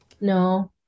No